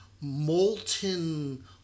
molten